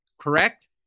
correct